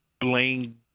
Blaine